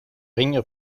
ringer